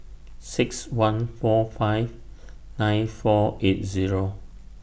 six one four five nine four eight Zero